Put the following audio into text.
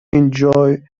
enjoy